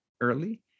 early